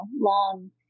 long